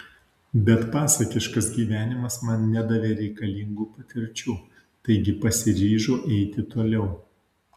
bet pasakiškas gyvenimas man nedavė reikalingų patirčių taigi pasiryžau eiti toliau